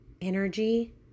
energy